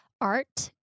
art